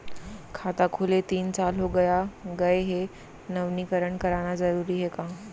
खाता खुले तीन साल हो गया गये हे नवीनीकरण कराना जरूरी हे का?